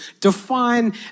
define